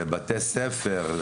בבתי ספר,